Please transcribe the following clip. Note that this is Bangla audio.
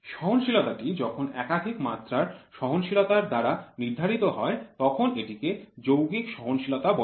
সহনশীলতা টি যখন একাধিক মাত্রার সহনশীলতা র দ্বারা নির্ধারিত হয় তখন এটিকে যৌগিক সহনশীলতা বলে